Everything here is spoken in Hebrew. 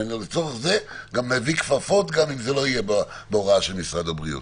ואני לצורך זה גם מביא כפפות גם אם זה לא יהיה בהוראה של משרד הבריאות.